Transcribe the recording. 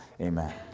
Amen